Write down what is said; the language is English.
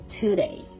today